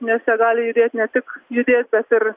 nes jie gali judėt ne tik judėti bet ir